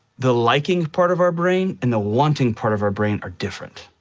the liking part of our brain and the wanting part of our brain are different.